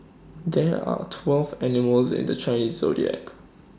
there are twelve animals in the Chinese Zodiac